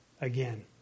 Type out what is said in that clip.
again